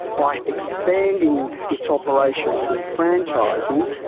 by expanding its operation through franchising,